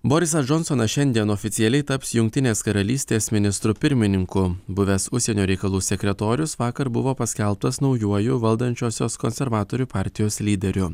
borisas džonsonas šiandien oficialiai taps jungtinės karalystės ministru pirmininku buvęs užsienio reikalų sekretorius vakar buvo paskelbtas naujuoju valdančiosios konservatorių partijos lyderiu